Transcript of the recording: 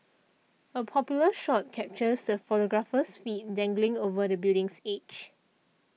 a popular shot captures the photographer's feet dangling over the building's edge